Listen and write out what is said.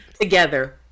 together